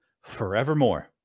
forevermore